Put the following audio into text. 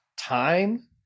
time